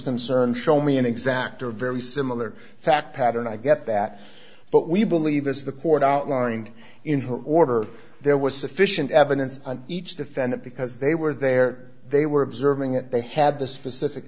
concern show me an exact or very similar fact pattern i get that but we believe this is the court outlined in her order there was sufficient evidence on each defendant because they were there they were observing it they have the specific